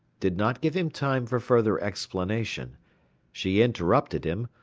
did not give him time for further explanation she interrupted him,